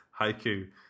Haiku